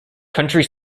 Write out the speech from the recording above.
country